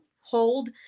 hold